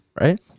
right